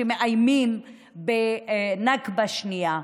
שמאיימים בנכבה שנייה.